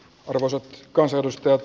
arvoisat kansanedustajat